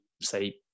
say